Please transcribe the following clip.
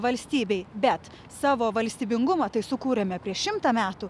valstybėj bet savo valstybingumą tai sukūrėme prieš šimtą metų